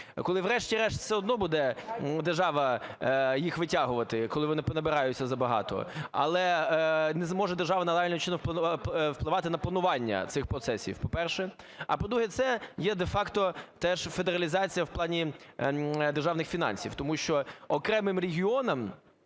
коли врешті-решт все одно буде держава їх витягувати, коли вони понабираються забагато. Але не зможе держава нагальним чином впливати на планування цих процесів, по-перше. А, по-друге, це є де-факто теж федералізація в плані державних фінансів, тому що окремим регіонам